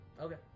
Okay